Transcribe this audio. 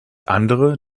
andere